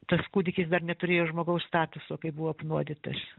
tas kūdikis dar neturėjo žmogaus statuso kai buvo apnuodytas